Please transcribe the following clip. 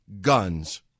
guns